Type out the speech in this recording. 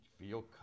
feel